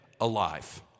alive